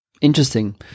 Interesting